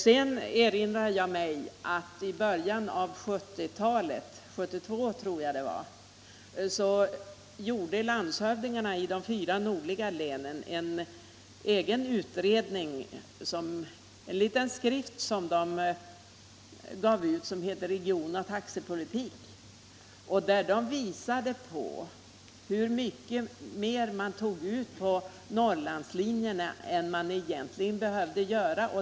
Sedan erinrar jag mig också att i början på 1970-talet — jag tror att det var 1972 — gjorde landshövdingarna i de fyra nordligaste länen en egen utredning och gav ut en liten skrift som hette Region-och taxepolitik. Där visade de på hur mycket mer man tog ut på Norrlandslinjerna än man egentligen behövde.